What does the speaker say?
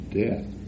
death